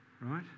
Right